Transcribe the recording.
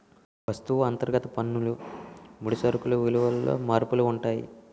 వస్తువు అంతర్గత పన్నులు ముడి సరుకులు విలువలలో మార్పులు ఉంటాయి